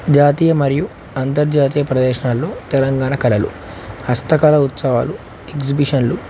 జాతీయ మరియు అంతర్జాతీయ ప్రదేశాల్లో తెలంగాణ కళలు హస్తకళ ఉత్సవాలు ఎగ్జిబిషన్లు